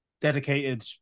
dedicated